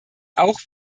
auch